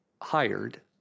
hired